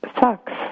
sucks